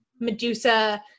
Medusa